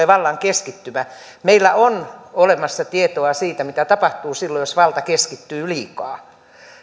vallan keskittymä meillä on olemassa tietoa siitä mitä tapahtuu silloin jos valta keskittyy liikaa